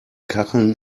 kacheln